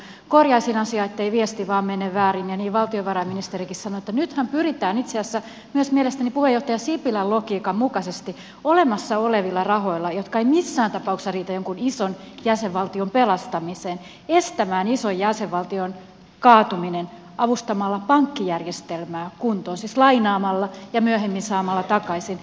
korjaisin asiaa ettei viesti vain mene väärin ja niin valtiovarainministerikin sanoi että nythän pyritään itse asiassa mielestäni myös puheenjohtaja sipilän logiikan mukaisesti olemassa olevilla rahoilla jotka eivät missään tapauksessa riitä jonkun ison jäsenvaltion pelastamiseen estämään ison jäsenvaltion kaatuminen avustamalla pankkijärjestelmää kuntoon siis lainaamalla ja myöhemmin saamalla takaisin